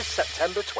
September